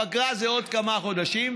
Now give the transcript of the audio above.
הפגרה זה עוד כמה חודשים,